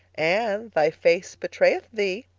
anne, thy face betrayeth thee.